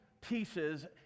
pieces